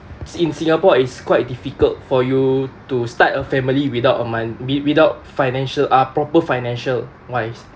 in singapore is quite difficult for you to start a family without a mon~ wi~ without financial uh proper financial wise